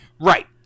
Right